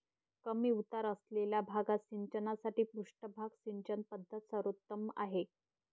कमी उतार असलेल्या भागात सिंचनासाठी पृष्ठभाग सिंचन पद्धत सर्वोत्तम आहे